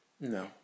No